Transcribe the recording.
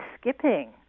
skipping